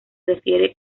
refiere